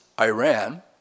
Iran